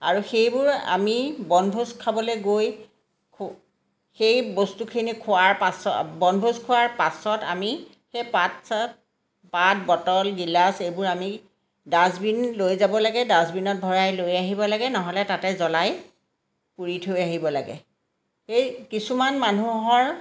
আৰু সেইবোৰ আমি বনভোজ খাবলৈ গৈ সেই বস্তুখিনি খোৱাৰ পাছ বনভোজ খোৱাৰ পাছত আমি সেই পাত চাত পাত বটল গিলাচ এইবোৰ আমি ডাষ্টবিন লৈ যাব লাগে ডাষ্টবিনত ভৰাই লৈ আহিব লাগে নহ'লে তাতে জ্বলাই পুৰি থৈ আহিব লাগে সেই কিছুমান মানুহৰ